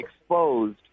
exposed